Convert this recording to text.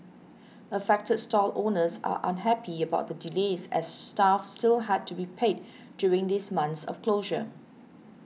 affected stall owners are unhappy about the delays as staff still had to be paid during these months of closure